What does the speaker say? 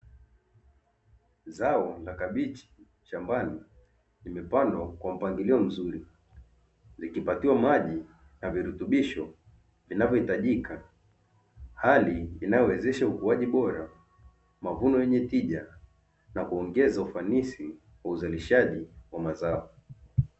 Zao la kabichi shambani kwa mpangilio mzuri, zikipatiwa maji na virutubisho vinavyohitajika hali inayowezesha ukuaji bora mavuno yenye tija na kuongeza ufanisi wa uzalishaji wa mazao.